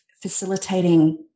facilitating